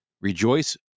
Rejoice